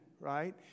right